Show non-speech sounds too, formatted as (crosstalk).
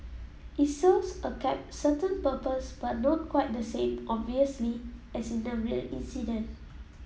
it serves a (unintelligible) certain purpose but not quite the same obviously as in a real incident